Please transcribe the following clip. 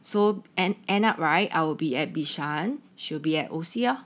so and end up right I'll be at bishan she would be at O_C lor